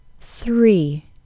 Three